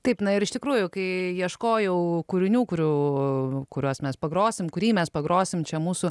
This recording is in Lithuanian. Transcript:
taip na ir iš tikrųjų kai ieškojau kūrinių kurių kuriuos mes pagrosim kurį mes pagrosim čia mūsų